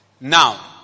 Now